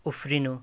उफ्रिनु